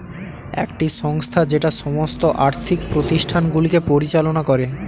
একটি সংস্থা যেটা সমস্ত আর্থিক প্রতিষ্ঠানগুলিকে পরিচালনা করে